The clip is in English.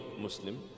Muslim